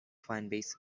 fanbase